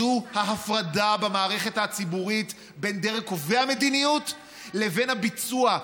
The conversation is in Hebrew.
זו ההפרדה במערכת הציבורית בין דרג קובע מדיניות לבין הביצוע.